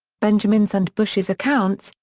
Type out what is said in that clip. benjamin's and bush's accounts,